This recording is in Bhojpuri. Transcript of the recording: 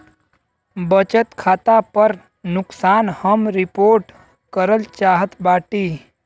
बचत खाता पर नुकसान हम रिपोर्ट करल चाहत बाटी